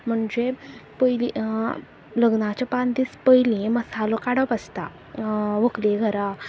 म्हणजे पयली लग्नाचे पांच दीस पयलीं मसालो काडप आसता व्हंकले घरा